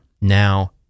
Now